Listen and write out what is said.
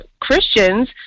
Christians